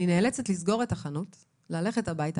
אני נאלצת לסגור את החנות, ללכת הביתה.